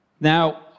Now